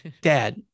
Dad